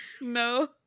No